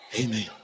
amen